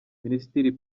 minisitiri